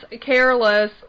careless